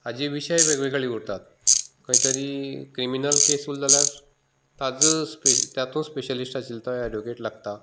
हाचे विशय वेगवेगळे उरतात खंय तरी क्रिमिनल केस आसली जाल्यार ताजो स्पे ताचो स्पेशलिस्ट आशिल्लो तो एडवोकेट लागता